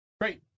Great